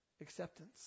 acceptance